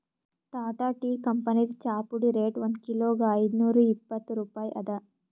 Tata tea ಕಂಪನಿದ್ ಚಾಪುಡಿ rate ಒಂದ್ ಕಿಲೋಗಾ ಐದ್ನೂರಾ ಇಪ್ಪತ್ತ್ ರೂಪಾಯಿ ಅದಾ